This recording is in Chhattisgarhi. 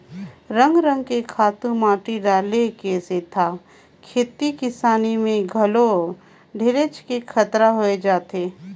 रंग रंग के खातू माटी डाले के सेथा खेती किसानी में घलो ढेरेच के खतरा होय जाथे